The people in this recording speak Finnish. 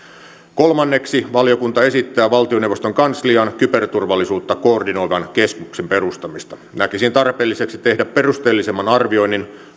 kolmanneksi valiokunta esittää valtioneuvoston kansliaan kyberturvallisuutta koordinoivan keskuksen perustamista näkisin tarpeelliseksi tehdä perusteellisemman arvioinnin